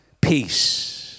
peace